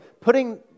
putting